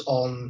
on